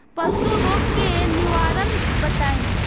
पशु रोग के निवारण बताई?